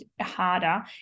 harder